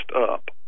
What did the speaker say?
up